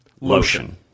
lotion